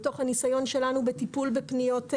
מתוך הניסיון שלנו בטיפול בפניות נהגים,